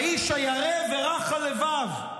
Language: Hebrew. האיש הירא ורך הלבב,